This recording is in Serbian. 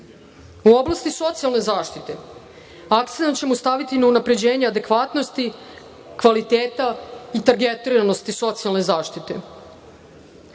U oblasti socijalne zaštite, stavićemo akcenat na unapređenje adekvatnosti, kvaliteta i targetiranosti socijalne zaštite. Prvi